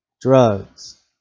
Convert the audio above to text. drugs